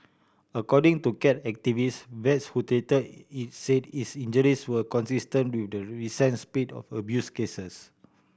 according to cat activists vets who treated it said its injuries were consistent with the recent spate of of abuse cases